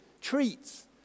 treats